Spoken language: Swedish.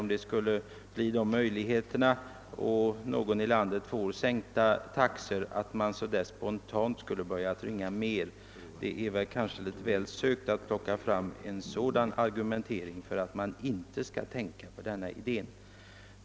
Om det skulle bli dessa möjligheter och någon i landet skulle få sänkta taxor, tror jag inte att man Spontant skulle ringa mer. Det är väl ändå litet långsökt att anföra sådana argument mot den idé jag fört fram.